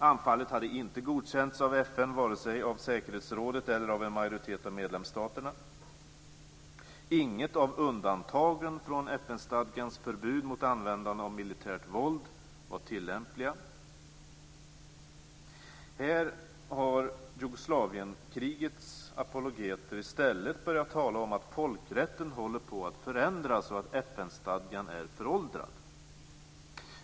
Anfallet hade inte godkänts av FN, vare sig av säkerhetsrådet eller av en majoritet av medlemsstaterna. Inget av undantagen från FN-stadgans förbud mot användande av militärt våld var tillämpligt. Här har Jugoslavienkrigets apologeter i stället börjat tala om att folkrätten håller på att förändras och att FN-stadgan är föråldrad.